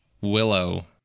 Willow